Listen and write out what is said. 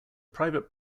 private